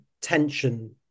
tension